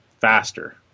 Faster